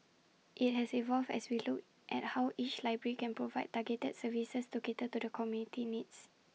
IT has evolved as we look at how each library can provide targeted services to cater to the community's needs